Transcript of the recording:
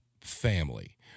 family